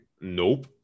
nope